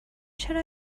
چرا